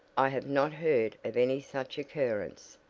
i have not heard of any such occurrence.